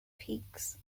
peaks